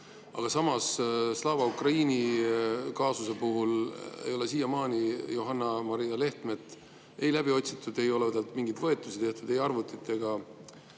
Samas Slava Ukraini kaasuse puhul ei ole siiamaani Johanna-Maria Lehtmet läbi otsitud, ei ole mingeid võetusi tehtud, pole võetud ei